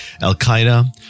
Al-Qaeda